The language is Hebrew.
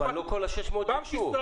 אבל לא כל ה-800,000 ביקשו.